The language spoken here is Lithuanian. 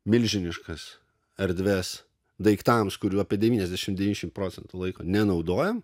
milžiniškas erdves daiktams kurių apie devyniasdešimt devyniasdešimt procentų laiko nenaudojam